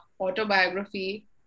autobiography